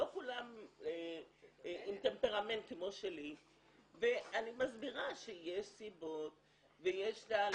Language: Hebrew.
לא כולם עם טמפרמנט כמו שלי ואני מסבירה שיש סיבות ויש תהליכים,